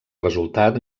resultat